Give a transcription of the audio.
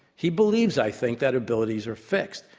he believes, i think, that abilities are fixed.